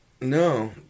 No